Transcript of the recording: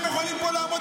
ינון,